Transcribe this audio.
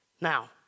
Now